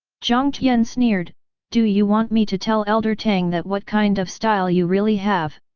jiang tian sneered do you want me to tell elder tang that what kind of style you really have!